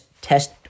test